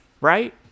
Right